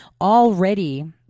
already